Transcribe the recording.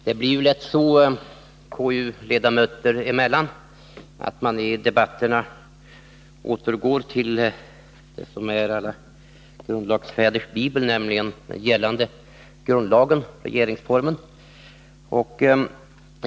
Herr talman! Det blir lätt så konstitutionsutskottsledamöter emellan att de i debatterna återgår till vad som är alla grundlagsfäders bibel, nämligen regeringsformen.